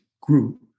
group